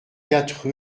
quatre